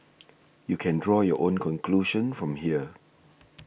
you can draw your own conclusion from here